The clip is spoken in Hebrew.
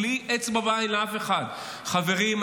בלי אצבע בעין לאף אחד: חברים,